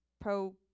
pro